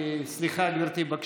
סליחה, גברתי, בבקשה.